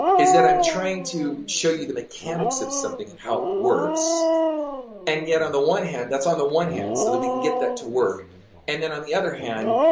is that i'm trying to show you the mechanics of something and how it works and yet on the one hand, that's on the one hand, so that we can get that to work and then on the other hand,